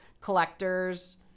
collectors